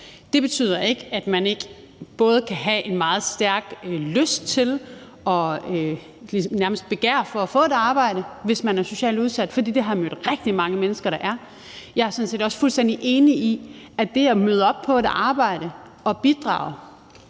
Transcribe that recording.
Det betyder ikke, at man ikke både kan have en meget stærk lyst til og nærmest et begær efter at få et arbejde, hvis man er socialt udsat, for det har jeg mødt rigtig mange mennesker der har. Jeg er sådan set også fuldstændig enig i, at det at møde op på et arbejde og bidrage